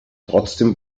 trotzdem